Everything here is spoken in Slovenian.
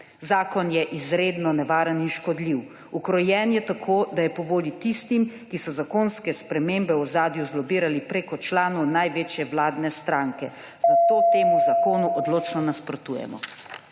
Zakon je izredno nevaren in škodljiv, ukrojen je tako, da je po volji tistim, ki so zakonske spremembe v ozadju zlobirali prek članov največje vladne stranke, zato temu zakonu odločno nasprotujemo.